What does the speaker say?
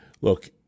Look